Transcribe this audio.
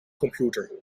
computer